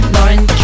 Lauren